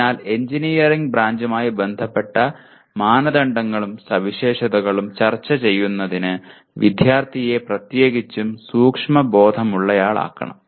അതിനാൽ എഞ്ചിനീയറിംഗ് ബ്രാഞ്ചുമായി ബന്ധപ്പെട്ട മാനദണ്ഡങ്ങളും സവിശേഷതകളും ചർച്ച ചെയ്യുന്നതിന് വിദ്യാർത്ഥിയെ പ്രത്യേകിച്ചും സൂക്ഷ്മബോധമുള്ളയാൾ ആക്കണം